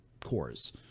cores